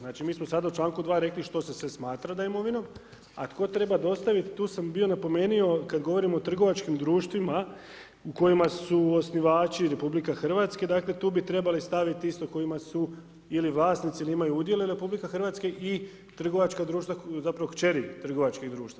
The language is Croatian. Znači, mi smo sada u čl. 2. rekli što se sve smatra imovinom, a tko treba dostaviti, tu sam bio napomenuo, kada govorimo o trgovačkim društvima u kojima su osnivači RH, dakle, tu bi trebali staviti isto kojima su, ili vlasnici ili imaju udjele RH i trgovačka društva, zapravo, kćeri trgovačkih društava.